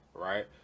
right